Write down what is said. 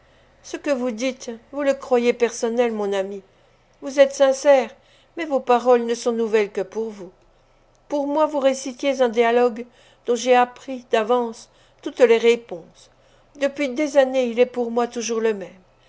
ce que vous dites vous le croyez personnel mon ami vous êtes sincère mais vos paroles ne sont nouvelles que pour vous pour moi vous récitez un dialogue dont j'ai appris d'avance toutes les réponses depuis des années il est pour moi toujours le même